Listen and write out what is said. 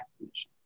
emissions